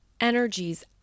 energies